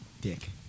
Dick